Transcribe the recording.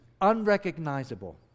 Unrecognizable